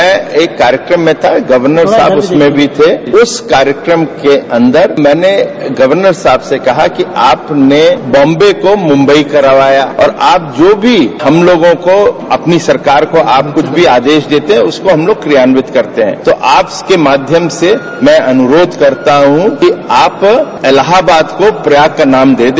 मैं एक कार्यक्रम में था गवर्नर साहब भी उसमें थे उस कार्यक्रम के अंदर मैंने गवर्नर साहब से कहा कि आपने बाम्बे को मुंबई करवाया और आप जो भो हम लोगों को अपनी सरकार को आप कुछ भी आदेश देते हैं उसको हम लोग क्रियान्वित करते हैं तो आप के माध्यम से मैं अनुरोध करता हूं कि इलाहाबाद को प्रयाग का नाम दे दे